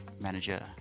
manager